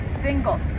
single